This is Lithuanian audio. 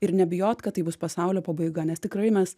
ir nebijot kad tai bus pasaulio pabaiga nes tikrai mes